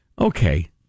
okay